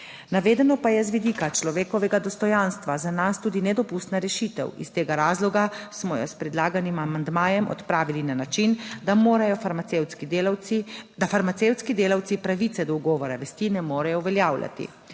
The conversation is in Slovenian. Navedeno pa je z vidika človekovega dostojanstva za nas tudi nedopustna rešitev. Iz tega razloga smo jo s predlaganim amandmajem odpravili na način, da farmacevtski delavci pravice do ugovora vesti ne morejo uveljavljati.